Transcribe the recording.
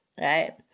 right